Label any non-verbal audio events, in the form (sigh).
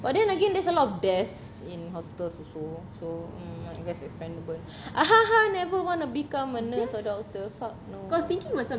but then again there's a lot of deaths in hospitals also so mm I guess understandable (laughs) never wanna become a nurse or doctor fuck no